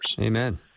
Amen